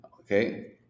okay